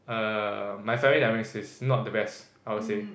uh my family dynamics is not the best I would say